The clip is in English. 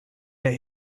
that